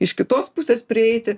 iš kitos pusės prieiti